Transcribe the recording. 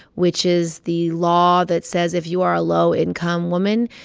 which is the law that says if you are a low-income woman,